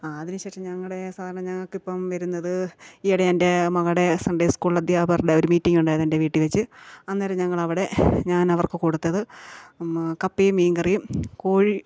അതിന് ശേഷം ഞങ്ങളുടെ സാധാരണ ഞങ്ങൾക്ക് ഇപ്പം വരുന്നത് ഈയിടെ എൻ്റെ മകാടെ സൺഡേ സ്കൂളധ്യാപകർടെ ഒരു മീറ്റിങ്ങിണ്ടായിരുന്നു എൻ്റെ വീട്ടീവെച്ച് അന്നേരം ഞങ്ങളവിടെ ഞാനവർക്ക് കൊടുത്തത് കപ്പയും മീൻ കറിയും കോഴി